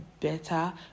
better